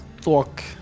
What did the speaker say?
Talk